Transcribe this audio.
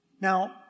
Now